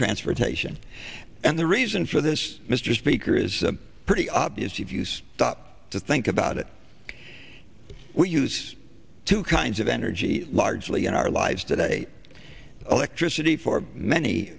transportation and the reason for this mr speaker is pretty obvious if you stop to think about it we use two kinds of energy largely in our lives today electricity for many